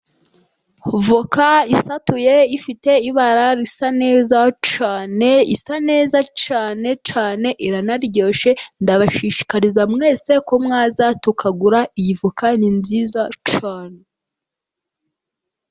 Avoka isatuye ifite ibara risa neza cyane. Isa neza cyane cyane, iranaryoshye ndabashishikariza mwese ko mwaza tukagura iyi avoka ni nziza cyane.